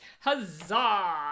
huzzah